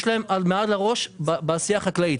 יש להם עד מעל הראש בעשייה החקלאית.